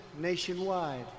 nationwide